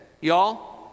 y'all